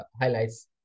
highlights